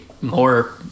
more